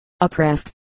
oppressed